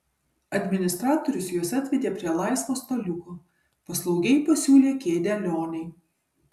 administratorius juos atvedė prie laisvo staliuko paslaugiai pasiūlė kėdę lionei